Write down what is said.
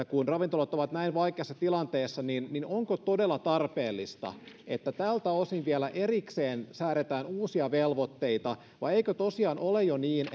kun ravintolat ovat näin vaikeassa tilanteessa onko todella tarpeellista että tältä osin vielä erikseen säädetään uusia velvoitteita vai eikö tosiaan ole jo niin